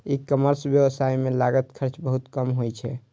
ई commerce व्यवसाय मे लागत खर्च बहुत कम होइ छै